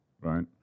right